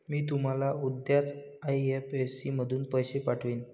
मी तुम्हाला उद्याच आई.एफ.एस.सी मधून पैसे पाठवीन